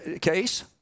case